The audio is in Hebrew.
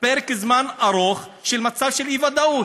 פרק זמן ארוך של מצב של אי-ודאות.